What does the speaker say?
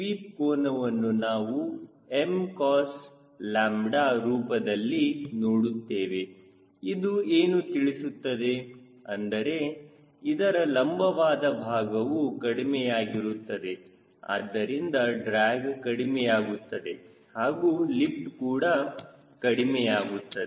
sweep ಕೋನವನ್ನು ನಾವು 𝑀𝑐𝑜𝑠𝛬 ರೂಪದಲ್ಲಿ ನೋಡುತ್ತೇವೆ ಇದು ಏನು ತಿಳಿಸುತ್ತದೆ ಅಂದರೆ ಇದರ ಲಂಬವಾದ ಭಾಗವು ಕಡಿಮೆಯಾಗಿರುತ್ತದೆ ಆದ್ದರಿಂದ ಡ್ರ್ಯಾಗ್ಕಡಿಮೆಯಾಗುತ್ತದೆ ಹಾಗೂ ಲಿಫ್ಟ್ ಕೂಡ ಕಡಿಮೆಯಾಗುತ್ತದೆ